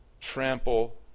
trample